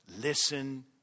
Listen